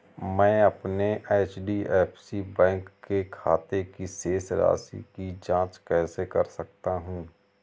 मैं अपने HDFC bank के खाते की शेष राशि की जाँच कैसे कर सकता हूँ?